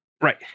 right